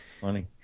funny